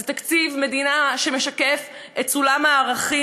זה תקציב מדינה שמשקף את סולם הערכים